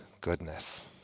goodness